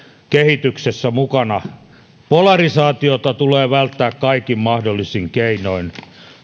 kehityksessä mukana polarisaatiota tulee välttää kaikin mahdollisin keinoin